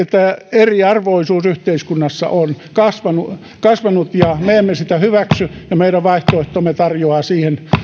eriarvoisuus yhteiskunnassa on kasvanut kasvanut me emme sitä hyväksy ja meidän vaihtoehtomme tarjoaa siihen